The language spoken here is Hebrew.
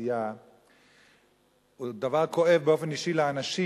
והתעשייה הוא דבר כואב באופן אישי לאנשים,